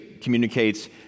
communicates